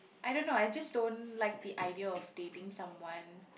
I don't know I just don't like the idea of dating someone